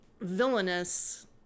villainous